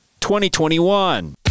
2021